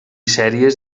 sèries